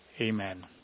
Amen